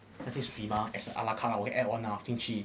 那些水吗 as a ala carte 我会 add on lah 进去